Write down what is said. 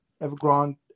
Evergrande